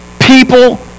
people